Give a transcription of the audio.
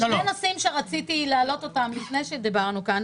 שני נושאים שרציתי להעלות אותם לפני שדיברנו כאן.